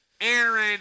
Aaron